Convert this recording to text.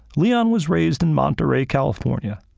leon was raised in monterey, california,